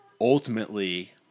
ultimately